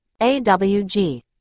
AWG